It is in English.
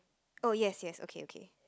oh yes yes okay okay